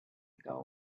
ago